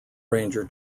ranger